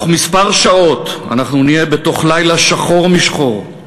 בתוך כמה שעות אנחנו נהיה בתוך לילה שחור משחור,